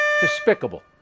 Despicable